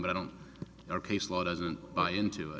but i don't know case law doesn't buy into it